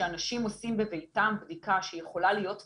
כשאנשים עושים בביתם בדיקה שיכולה להיות מסננת,